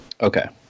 Okay